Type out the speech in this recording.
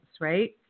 right